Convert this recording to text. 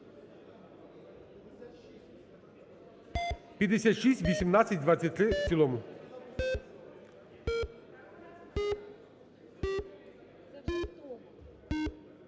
5618-23 в цілому.